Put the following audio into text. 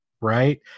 right